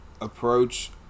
approach